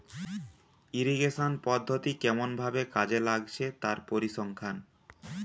irrigation পদ্ধতি কেমন ভাবে কাজে লাগছে তার পরিসংখ্যান